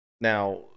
Now